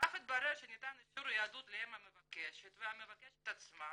"ואף התברר שניתן אישור יהדות לאם המבקשת והמבקשת עצמה,